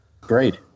Great